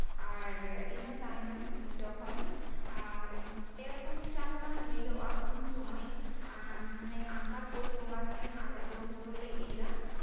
ᱟᱨ ᱤᱱᱟᱹ ᱛᱟᱭᱱᱚᱢ ᱡᱚᱠᱷᱚᱱ ᱯᱮ ᱯᱩᱱ ᱪᱟᱸᱫᱚᱜᱟᱱ ᱦᱩᱭᱩᱜᱼᱟ ᱩᱱᱥᱚᱢᱚᱭ ᱢᱟᱱᱮ ᱟᱜᱷᱟᱬ ᱯᱩᱥ ᱵᱚᱸᱜᱟ ᱥᱮᱱ ᱟᱞᱮ ᱟᱞᱮ ᱫᱚ ᱦᱳᱲᱳᱞᱮ ᱤᱨᱟ